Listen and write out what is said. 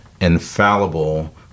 infallible